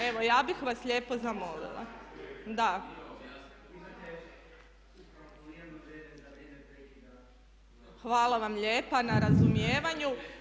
Evo ja bih vas lijepo zamolila. … [[Upadica se ne čuje.]] Hvala vam lijepa na razumijevanju.